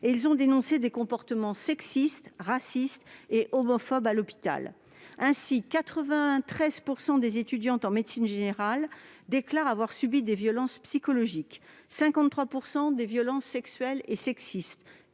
Ils ont dénoncé des comportements sexistes, racistes et homophobes à l'hôpital. Ainsi, 93 % des étudiantes en médecine générale déclarent avoir subi des violences psychologiques, 53 % des violences sexuelles et sexistes,